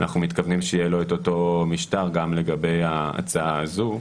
אנחנו מתכוונים שיהיה לו אותו משטר גם לגבי ההצעה הזאת.